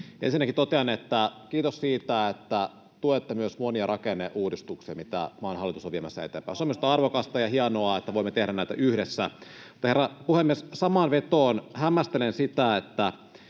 ensinnäkin totean, että kiitos siitä, että tuette myös monia rakenneuudistuksia, joita maan hallitus on viemässä eteenpäin — se on minusta arvokasta ja hienoa, että voimme tehdä näitä yhdessä. Herra puhemies! Samaan vetoon hämmästelen, miten